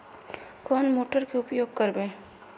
कौन मोटर के उपयोग करवे?